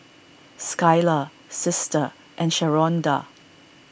Skylar Sister and Sharonda